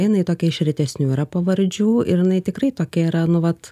jinai tokia iš retesnių yra pavardžių ir jinai tikrai tokia yra nu vat